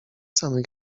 samej